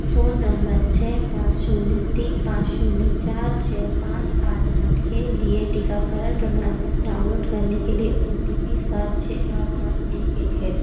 phone number छः पाँच शून्य तीन पाँच शून्य चार छः पाँच आठ आठ के लिए टीकाकरण प्रमाणपत्र डाउनलोड करने के लिए ओ टी पी सात छै आठ पाँच एक एक है